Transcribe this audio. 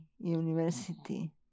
university